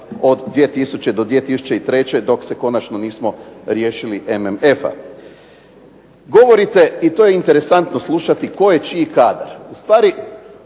od 2000. do 2003. dok se konačno nismo riješili MMF-a. Govorite, to je interesantno slušati tko je čiji i kada, ovdje